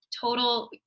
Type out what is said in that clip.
total